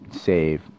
save